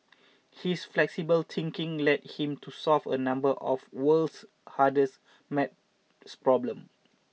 his flexible thinking led him to solve a number of world's hardest math problem